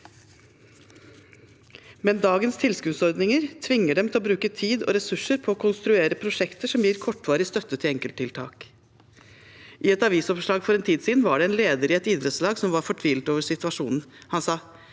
dagens tilskuddsordninger tvinger dem til å bruke tid og ressurser på å konstruere pro sjekter som gir kortvarig støtte til enkelttiltak. I et avisoppslag for en tid siden var det en leder i et idrettslag som var fortvilet over situasjonen. Han sa